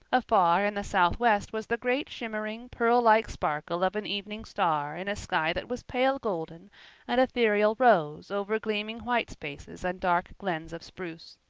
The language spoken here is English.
afar in the southwest was the great shimmering, pearl-like sparkle of an evening star in a sky that was pale golden and ethereal rose over gleaming white spaces and dark glens of spruce.